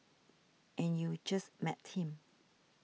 and you just met him